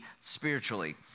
spiritually